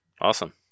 Awesome